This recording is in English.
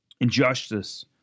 Injustice